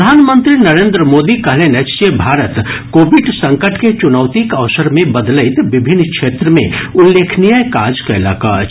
प्रधानमंत्री नरेंद्र मोदी कहलनि अछि जे भारत कोविड संकट के चुनौतीक अवसर मे बदलैत विभिन्न क्षेत्र मे उल्लेखनीय काज कयलक अछि